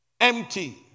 empty